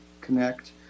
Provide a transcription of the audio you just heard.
connect